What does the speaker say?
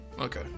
Okay